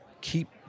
keep